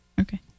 Okay